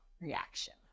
reaction